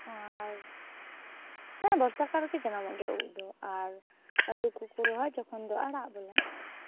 ᱟᱨ ᱦᱮᱸ ᱵᱚᱨᱥᱟ ᱠᱟᱞ ᱨᱮᱜᱮ ᱡᱟᱱᱟᱢᱚᱜ ᱜᱮᱭᱟ ᱩᱫ ᱫᱚ ᱟᱨ ᱟ ᱞᱩ ᱠᱚᱠᱚ ᱨᱚᱦᱚᱭ ᱡᱚᱠᱷᱚᱱ ᱫᱚ ᱟᱲᱟᱜ ᱫᱚᱞᱮ